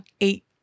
eight